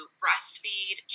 breastfeed